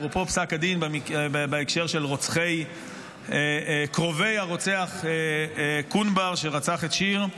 אפרופו פסק הדין בהקשר של קרובי הרוצח קונבר שרצח את שיר,